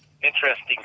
Interesting